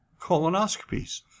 colonoscopies